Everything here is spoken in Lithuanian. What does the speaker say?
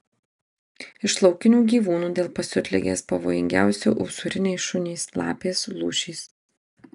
iš laukinių gyvūnų dėl pasiutligės pavojingiausi usūriniai šunys lapės lūšys